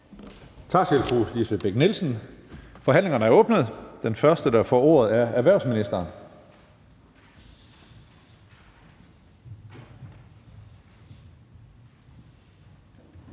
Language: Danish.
Tak til fru Lisbeth Bech-Nielsen. Forhandlingen er åbnet, og den første, der får ordet, er erhvervsministeren.